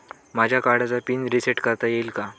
माझ्या कार्डचा PIN reset करता येईल का?